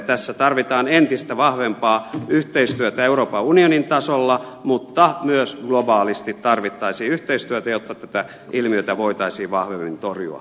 tässä tarvitaan entistä vahvempaa yhteistyötä euroopan unionin tasolla mutta myös globaalisti tarvittaisiin yhteistyötä jotta tätä ilmiötä voitaisiin vahvemmin torjua